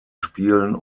spielen